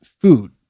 food